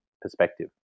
perspective